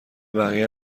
بقیه